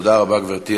תודה רבה, גברתי.